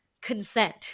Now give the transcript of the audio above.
Consent